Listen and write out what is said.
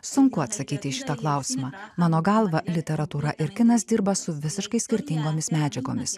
sunku atsakyti į šitą klausimą mano galva literatūra ir kinas dirba su visiškai skirtingomis medžiagomis